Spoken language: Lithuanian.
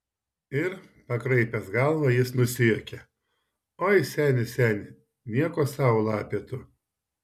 ir pakraipęs galvą jis nusijuokė oi seni seni nieko sau lapė tu